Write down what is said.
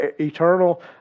eternal